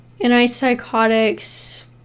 anti-psychotics